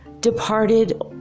departed